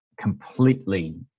completely